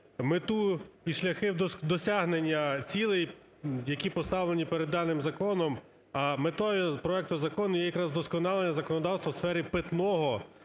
мету і шляхи досягнення цілей, які поставлені перед даним законом. А метою проекту закону є якраз вдосконалення законодавства у сфері питного